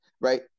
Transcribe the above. right